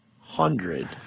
hundred